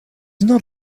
not